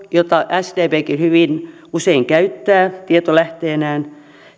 jota sdpkin hyvin usein käyttää tietolähteenään